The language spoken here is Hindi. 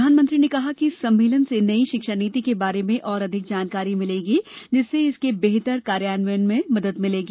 प्रधानमंत्री ने कहा कि इस सम्मेलन से नई शिक्षा नीति के बारे में और अधिक जानकारी मिलेगी जिससे इसके बेहतर कार्यान्वनयन में मदद मिलेगी